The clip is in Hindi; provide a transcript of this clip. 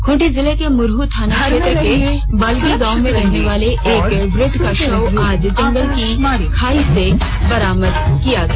खूंटी जिले के मुरह थाना क्षेत्र के बालगी गांव में रहने वाले एक वृद्ध का शव आज जंगल की खाई से बरामद किया गया